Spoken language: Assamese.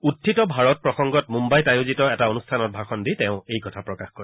উখিত ভাৰত প্ৰসংগত মুম্বাইত আয়োজিত এটা অনুষ্ঠানত ভাষণ দি এই তেওঁ এই কথা প্ৰকাশ কৰে